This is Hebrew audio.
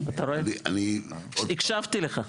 הקשבתי לך.